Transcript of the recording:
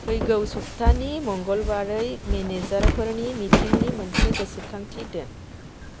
फैगौ सप्थानि मंगलबारै मेनेजारफोरनि मिटिंनि मोनसे गोसोखांथि दोन